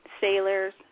sailors